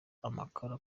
amakara